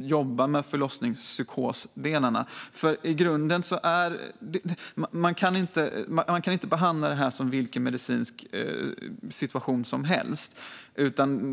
jobba med förlossningspsykosdelarna. Man kan inte behandla det här som vilken medicinsk situation som helst.